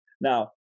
Now